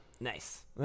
Nice